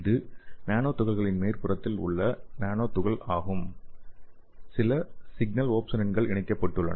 இது நானோ துகள்களின் மேற்புறத்தில் உள்ள நானோ துகள் ஆகும் சில சிக்னல் ஒப்சோனின்கள் இணைக்கப்பட்டுள்ளன